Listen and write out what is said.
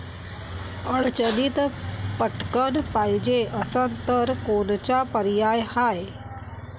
अडचणीत पटकण पायजे असन तर कोनचा पर्याय हाय?